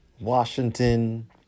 Washington